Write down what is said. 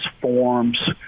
forms